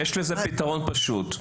יש לזה פתרון פשוט.